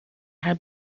her